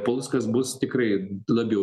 paluckas bus tikrai labiau